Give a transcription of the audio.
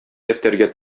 дәфтәргә